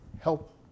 help